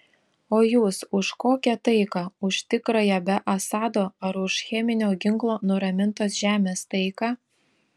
o jūs už kokią taiką už tikrąją be assado ar už cheminio ginklo nuramintos žemės taiką